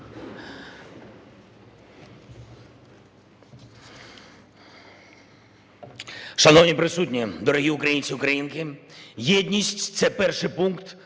Шановні присутні, дорогі українці і українки! Єдність – це перший пункт